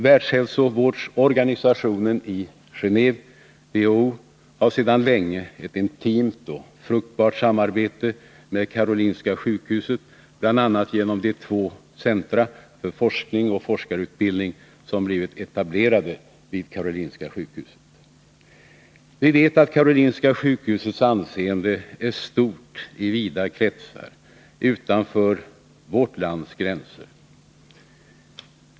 Världshälsovårdsorganisationen i Genåve, WHO, har sedan länge ett intimt och fruktbart samarbete med Karolinska sjukhuset, bl.a. genom de två centra för forskning och forskarutbildning som blivit etablerade vid sjukhuset. Vi vet att Karolinska sjukhusets anseende är stort i vida kretsar utanför vårt lands gränser.